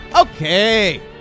okay